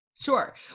Sure